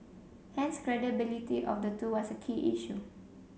hence credibility of the two was a key issue